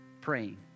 praying